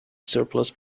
surplus